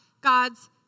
God's